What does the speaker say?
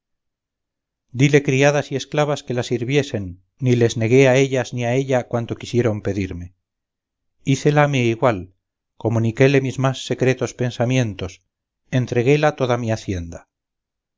dile criadas y esclavas que la sirviesen ni les negué a ellas ni a ella cuanto quisieron pedirme hícela mi igual comuniquéle mis más secretos pensamientos entreguéla toda mi hacienda